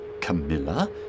Camilla